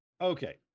okay